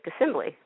Assembly